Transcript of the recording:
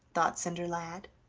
thought cinderlad.